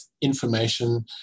information